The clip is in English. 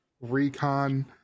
Recon